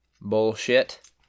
bullshit